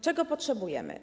Czego potrzebujemy?